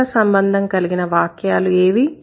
దగ్గర సంబంధం కలిగిన వాక్యాలు ఏవి